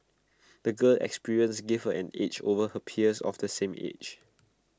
the girl's experiences gave her an edge over her peers of the same age